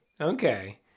okay